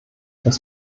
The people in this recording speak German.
das